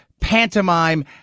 pantomime